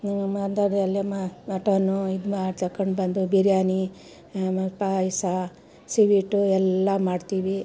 mutton ಇದು ಮಾಡು ತೊಗೋಂಡ್ಬಂದು ಬಿರಿಯಾನಿ ಆಮೇಲೆ ಪಾಯಸ ಸ್ವೀಟು ಎಲ್ಲ ಮಾಡ್ತೀವಿ